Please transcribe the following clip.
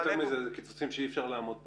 אלו קיצוצים שאי-אפשר לעמוד בהם.